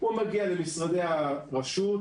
הוא מגיע למשרדי הרשות,